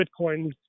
Bitcoin